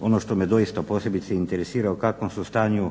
ono što me doista posebice interesira u kakvom su stanju